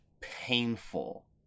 painful